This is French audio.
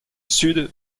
sud